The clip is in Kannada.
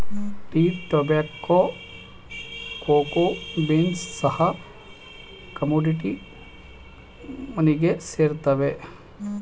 ಟೀ, ಟೊಬ್ಯಾಕ್ಕೋ, ಕೋಕೋ ಬೀನ್ಸ್ ಸಹ ಕಮೋಡಿಟಿ ಮನಿಗೆ ಸೇರುತ್ತವೆ